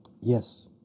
yes